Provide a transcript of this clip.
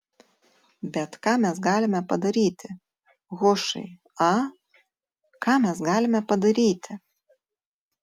bet ką mes galime padaryti hušai a ką mes galime padaryti